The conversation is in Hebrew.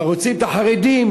אבל רוצים את החרדים,